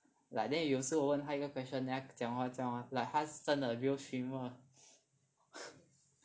like then 有时候我问他一个 question then 他讲话这样 lor like 他是真的 real stream lor